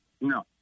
No